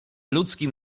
ludzkim